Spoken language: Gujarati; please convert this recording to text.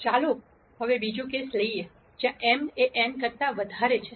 ચાલો હવે બીજો કેસ લઈએ જ્યાં m n કરતા વધારે છે